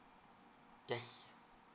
yes